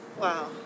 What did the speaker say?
Wow